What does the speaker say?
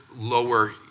lower